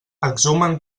exhumen